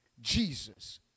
Jesus